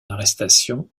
arrestation